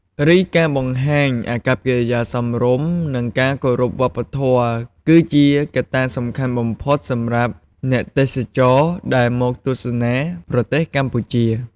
ឯការបង្ហាញ អាកប្បកិរិយាសមរម្យ និងការគោរពវប្បធម៌ គឺជាកត្តាសំខាន់បំផុតសម្រាប់អ្នកទេសចរដែលមកទស្សនាប្រទេសកម្ពុជា។